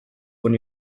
when